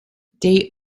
they